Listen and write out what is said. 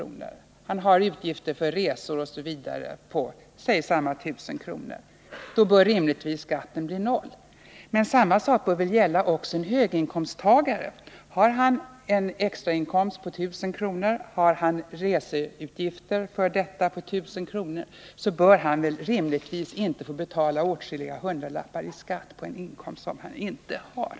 och samtidigt har reseutlägg för samma belopp rimligen inte skall betala någon skatt för denna extrainkomst. Men samma sak bör också gälla för den höginkomsttagare som tjänar I 000 extra och har reseutgifter för samma belopp. Han skall väl inte behöva betala åtskilliga hundralappar i skatt på en inkomst som redan har försvunnit genom resekostnaderna.